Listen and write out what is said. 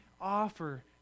offer